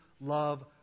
love